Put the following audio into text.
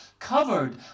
covered